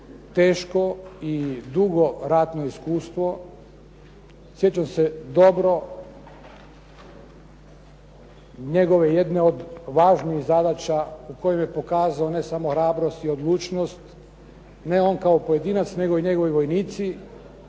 teško i dugo ratno iskustvo. Sjećam se dobro, njegove jedne od važnijih zadaća u kojim je pokazao ne samo hrabrost i odlučnost, ne on kao pojedinac nego i njegovi vojnici,